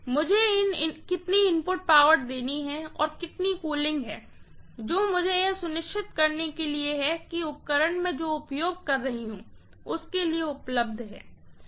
मुझे कितनी input power देनी है और कितनी कूलिंग है जो मुझे यह सुनिश्चित करने के लिए है कि जो उपकरण मैं उपयोग कर रही हूँ उसके लिए उपलब्ध है